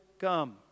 come